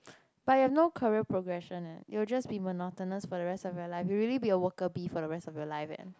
but you have no career progression eh you will just be monotonous for the rest of your life you will really be a worker bee for the rest of your life eh